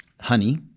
honey